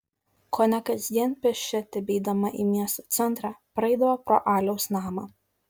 kone kasdien pėsčia tebeidama į miesto centrą praeidavo pro aliaus namą